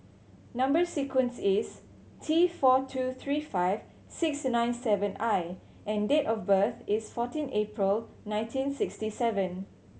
number sequence is T four two three five six nine seven I and date of birth is fourteen April nineteen sixty seven